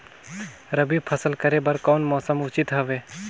रबी फसल करे बर कोन मौसम उचित हवे?